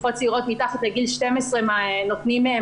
משפחות עם ילדים מתחת לגיל 12 נותנים להן